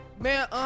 Man